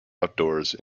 outdoors